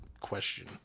question